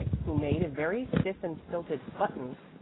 who made a very stiff and stilted buttons,